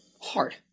Hard